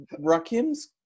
Rakim's